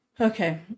Okay